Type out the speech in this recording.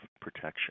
protection